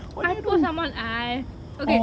I poke someone's eye